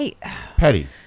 Petty